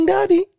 Daddy